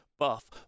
buff